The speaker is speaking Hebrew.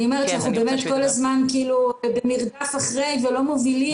אנחנו באמת כל הזמן במרדף אחרי ולא מובילים,